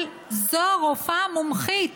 אבל זו רופאה מומחית.